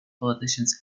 politicians